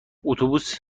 اتوبوس